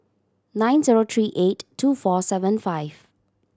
nine zero three eight two four seven five